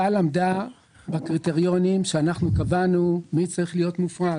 כאל עמדה בקריטריונים שאנחנו קבענו מי צריך להיות מופרד